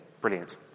brilliant